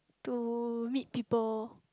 to meet people